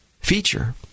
feature